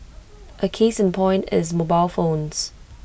A case in point is mobile phones